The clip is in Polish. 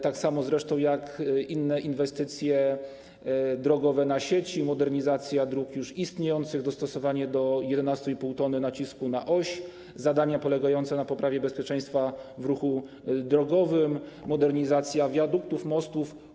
Tak samo zresztą jak inne inwestycje drogowe na sieci: modernizacja dróg już istniejących, dostosowanie do 11,5 t nacisku na oś, zadania polegające na poprawie bezpieczeństwa w ruchu drogowym, modernizacja wiaduktów, mostów.